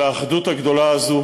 של האחדות הגדולה הזאת